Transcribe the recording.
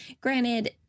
granted